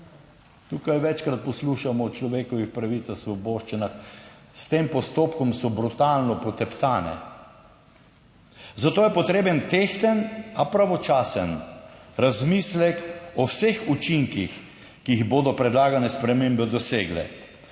Tukaj večkrat poslušamo o človekovih pravicah, svoboščinah. S tem postopkom so brutalno poteptane. Zato je potreben tehten, a pravočasen razmislek o vseh učinkih, ki jih bodo predlagane spremembe dosegle.